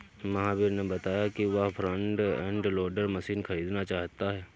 महावीर ने बताया कि वह फ्रंट एंड लोडर मशीन खरीदना चाहता है